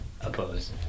oppose